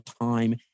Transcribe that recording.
time